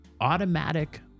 Automatic